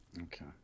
Okay